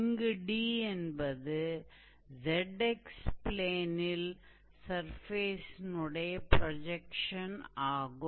இங்கு D என்பது zx ப்ளேனில் கணக்கில் கொடுக்கப்பட்டிருக்கும் சர்ஃபேஸினுடைய ப்ரொஜெக்ஷன் ஆகும்